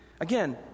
Again